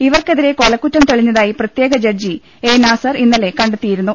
ഇവർക്കെതിരെ കൊല ക്കുറ്റം തെളിഞ്ഞതായി പ്രത്യേക ജഡ്ജി എ നാസർ ഇന്നലെ കണ്ടെത്തിയിരുന്നു